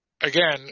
again